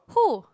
who